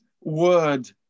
word